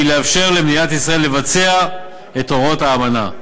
לאפשר למדינת ישראל לבצע את הוראות האמנה.